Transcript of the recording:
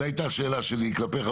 זאת הייתה השאלה שלי כלפיך,